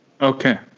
okay